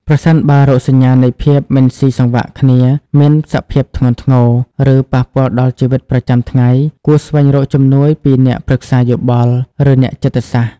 ប្រសិនបើរោគសញ្ញានៃភាពមិនស៊ីសង្វាក់គ្នាមានសភាពធ្ងន់ធ្ងរ ឬប៉ះពាល់ដល់ជីវិតប្រចាំថ្ងៃ គួរស្វែងរកជំនួយពីអ្នកប្រឹក្សាយោបល់ ឬអ្នកចិត្តសាស្រ្ត។